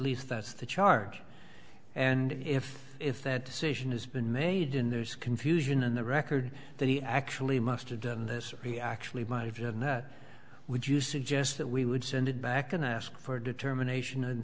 least that's the charge and if if that decision has been made and there's confusion in the record that he actually must have done this or he actually might if you would you suggest that we would send it back and ask for a determination